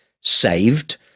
saved